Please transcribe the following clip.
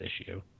issue